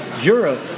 Europe